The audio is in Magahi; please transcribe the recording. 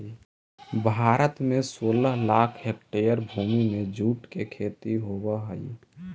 भारत में सोलह लाख एकड़ भूमि में जूट के खेती होवऽ हइ